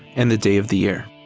and the day of the year.